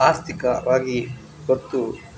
ಆರ್ಥಿಕವಾಗಿ ಗೊತ್ತು